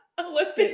Olympic